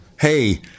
Hey